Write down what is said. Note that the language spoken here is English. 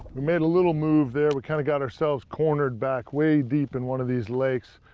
we made a little move there. we kind of got ourselves cornered back way deep in one of these lakes.